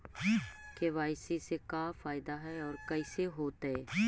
KYC से का फायदा है और कैसे होतै?